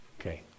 Okay